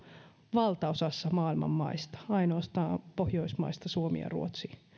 valtaosassa maailman maita ainoastaan pohjoismaista suomi ja ruotsi